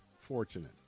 fortunate